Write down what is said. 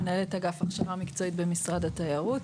מנהלת אגף הכשרה מקצועית במשרד התיירות.